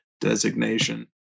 designation